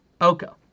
Oko